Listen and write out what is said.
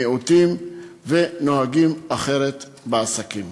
מיעוטים ו"נוהגים אחרת בעסקים".